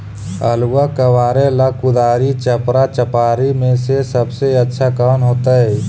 आलुआ कबारेला कुदारी, चपरा, चपारी में से सबसे अच्छा कौन होतई?